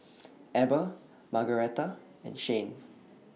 Eber Margaretta and Shayne